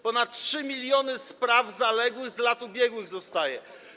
Ponad 3 mln spraw zaległych z lat ubiegłych zostaje.